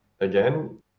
again